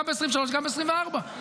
גם 2023 וגם ב-2024,